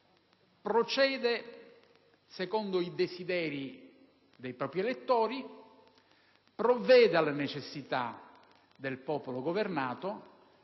procede secondo i desideri dei propri elettori, provvede alle necessità del popolo governato